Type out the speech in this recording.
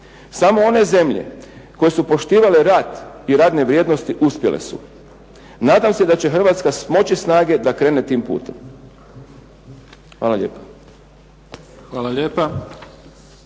Samo one zemlje koje su poštivale rad i radne vrijednosti uspjele su. Nadam se da će Hrvatska smoći snage da krene tim putem. Hvala lijepa.